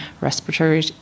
respiratory